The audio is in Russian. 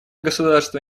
государство